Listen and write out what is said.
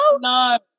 no